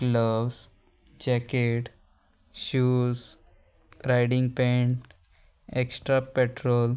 gloves jacket shoes riding pant extra petrol